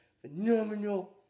Phenomenal